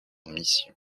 mission